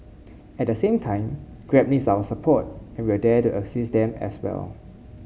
at the same time Grab needs our support and we are there to assist them as well